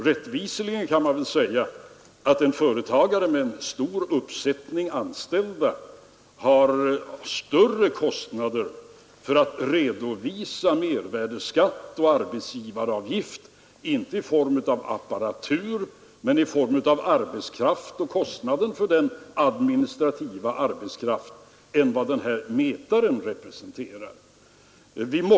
Rättvisligen kan man väl säga att en företagare med en stor uppsättning anställda har större kostnader för att redovisa mervärdeskatt och arbetsgivaravgift — inte i form av apparatur men i form av kostnader för den administrativa arbetskraften — än den kostnad denna mätare representerar.